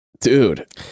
dude